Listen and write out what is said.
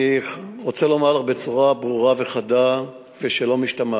אני רוצה לומר לך בצורה ברורה וחדה שלא משתמעת,